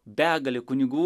begalė kunigų